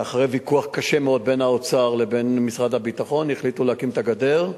אחרי ויכוח קשה מאוד בין האוצר לבין משרד הביטחון החליטו להקים את הגדר.